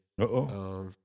Uh-oh